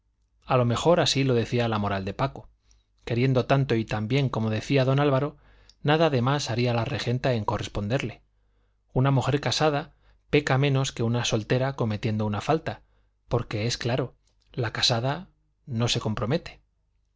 a lo menos así lo decía la moral de paco queriendo tanto y tan bien como decía don álvaro nada de más haría la regenta en corresponderle una mujer casada peca menos que una soltera cometiendo una falta porque es claro la casada no se compromete